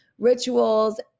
rituals